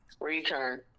return